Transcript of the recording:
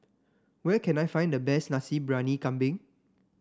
where can I find the best Nasi Briyani Kambing